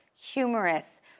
humorous